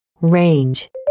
range